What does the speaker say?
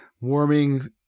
warming